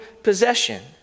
possession